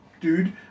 dude